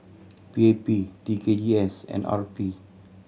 P A P T K G S and R P